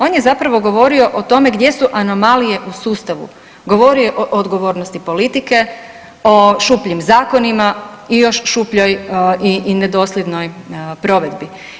On je zapravo govorio o tome gdje su anomalije u sustavu, govorio je o odgovornosti politike, o šupljim zakonima i još šupljoj i nedosljednoj provedbi.